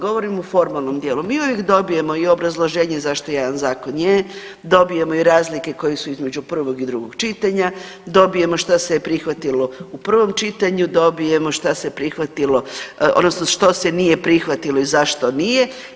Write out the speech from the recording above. Govorim o formalnom dijelu mi uvijek dobijemo i obrazloženje zašto jedan zakon je, dobijemo i razlike koje su između prvog i drugog čitanja, dobijemo što se je prihvatilo u prvom čitanju, dobijemo što se prihvatilo, odnosno što se nije prihvatilo i zašto nije.